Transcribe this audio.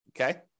Okay